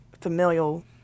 familial